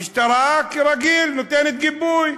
המשטרה, כרגיל, נותנת גיבוי.